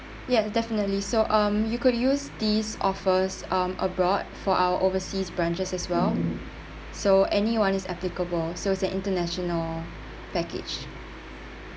ya definitely so um you could use these offers um abroad for our overseas branches as well so anyone is applicable so it's an international package